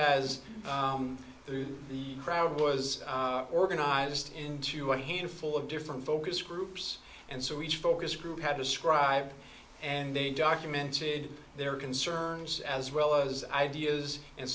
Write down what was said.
as through the crowd was organized into a handful of different focus groups and so each focus group had described and they documented their concerns as well as ideas and